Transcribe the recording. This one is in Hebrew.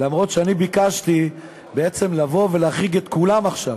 אף שאני ביקשתי בעצם לבוא ולהחריג את כולם עכשיו.